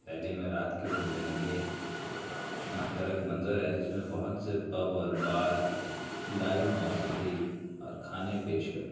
دہلی میں رات کی زندگی ایک متحرک منظر ہے جس میں بہت سے پب اور بار لائیو موسیقی اور کھانے پیش کرتے ہیں